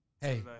Hey